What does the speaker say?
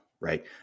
right